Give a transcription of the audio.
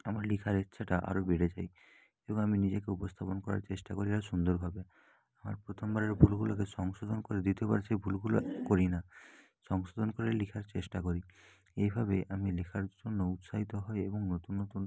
আমার লেখার ইচ্ছেটা আরও বেড়ে যায় এবং আমি নিজেকে উপস্থাপন করার চেষ্টা করি আর সুন্দরভাবে আমার প্রথমবারের ভুলগুলোকে সংশোধন করে দ্বিতীয়বার সেই ভুলগুলো করি না সংশোধন করে লেখার চেষ্টা করি এইভাবে আমি লেখার জন্য উৎসাহিত হই এবং নতুন নতুন